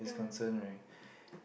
mm